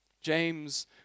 James